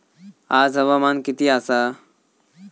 आज हवामान किती आसा?